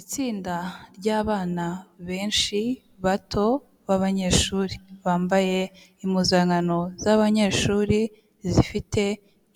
Itsinda ry'abana benshi bato b'abanyeshuri bambaye impuzankano z'abanyeshuri zifite